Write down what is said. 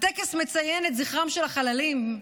הטקס מציין את זכרם של החללים,